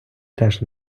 теж